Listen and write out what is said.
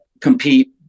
compete